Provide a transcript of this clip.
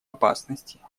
опасности